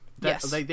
Yes